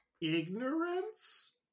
ignorance